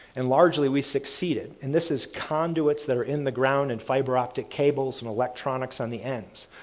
and largely we succeeded. and this is conduits that are in the ground, and fiber optic cables, and electronics on the ends.